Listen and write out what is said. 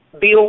Bill